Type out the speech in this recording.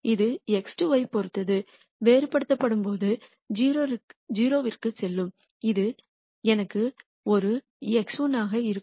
இது x2 ஐப் பொறுத்து வேறுபடுத்தப்படும்போது 0 க்குச் செல்லும் இது எனக்கு ஒரு x1 இருக்கும்